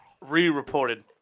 re-reported